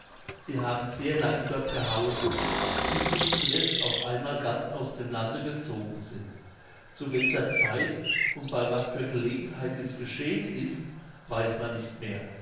sie haben sehr lange dort gehauset bis sie zuletzt auf einmal ganz aus dem lande gezogen sind zu welcher zeit und bei was für gelegenheit dies geschehen ist weiß man nicht mehr